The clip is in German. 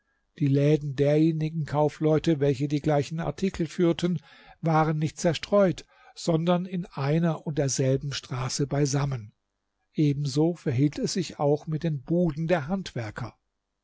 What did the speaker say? die läden derjenigen kaufleute welche die gleichen artikel führten waren nicht zerstreut sondern in einer und derselben straße beisammen ebenso verhielt es sich auch mit den buden der handwerker